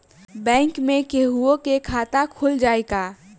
Bank में केहूओ के खाता खुल जाई का?